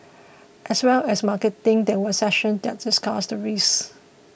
as well as marketing there were sessions that discussed the risks